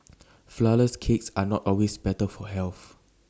Flourless Cakes are not always better for health